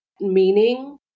meaning